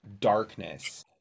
darkness